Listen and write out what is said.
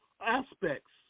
aspects